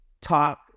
talk